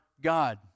God